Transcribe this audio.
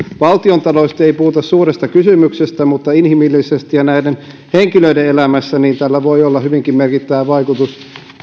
valtiontaloudellisesti ei puhuta suuresta kysymyksestä mutta inhimillisesti ja näiden henkilöiden elämässä tällä voi olla hyvinkin merkittävä vaikutus